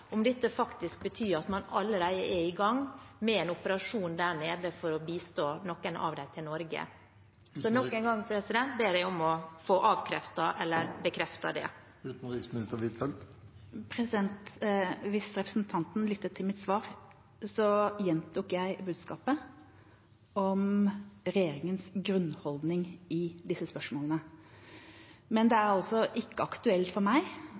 om det betyr at man allerede er i gang med en operasjon der nede for å bistå noen av dem med å komme seg til Norge. Så nok en gang ber jeg om å få avkreftet eller bekreftet det. Hvis representanten Listhaug hadde lyttet til mitt svar, ville hun hørt at jeg gjentok budskapet om regjeringas grunnholdning i disse spørsmålene. Men det er ikke aktuelt for meg